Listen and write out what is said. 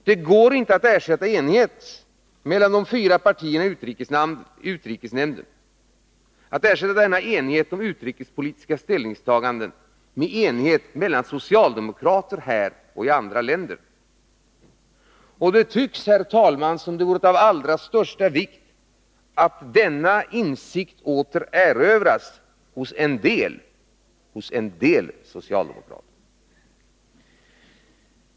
Det går inte att ersätta enighet om utrikespolitiska ställningstaganden mellan de fyra partierna i utrikesnämnden med enighet mellan socialdemokrater här och i andra länder. Det tycks, herr talman, som om det vore av allra största vikt att denna insikt åter erövras hos en del socialdemokrater.